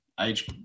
age